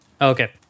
Okay